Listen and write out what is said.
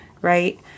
right